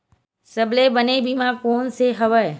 सबले बने बीमा कोन से हवय?